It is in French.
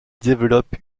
développe